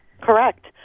Correct